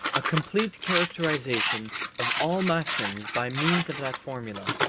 a complete characterization of all maxims by means of that formula,